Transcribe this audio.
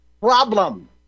problem